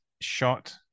shot